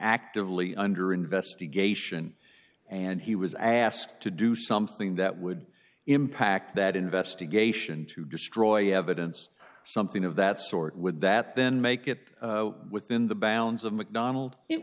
actively under investigation and he was asked to do something that would impact that investigation to destroy evidence something of that sort would that then make it within the bounds of macdonald it